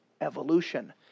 Evolution